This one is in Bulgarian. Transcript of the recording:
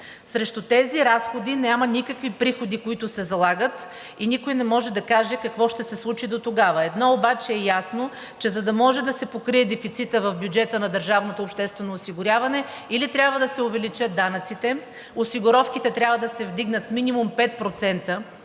Срещу тези разходи няма никакви приходи, които се залагат, и никой не може да каже какво ще се случи дотогава. Едно обаче е ясно, че за да може да се покрие дефицитът в бюджета на държавното обществено осигуряване, или трябва да се увеличат данъците, осигуровките трябва да се вдигнат с минимум 5%,